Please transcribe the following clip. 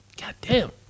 Goddamn